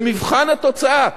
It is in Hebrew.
במבחן התוצאה.